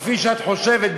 כפי שאת חושבת,